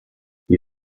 gli